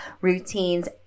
routines